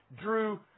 drew